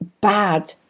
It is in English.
bad